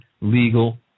legal